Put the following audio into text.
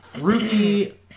Rookie